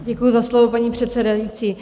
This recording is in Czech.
Děkuji za slovo, paní předsedající.